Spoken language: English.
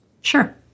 Sure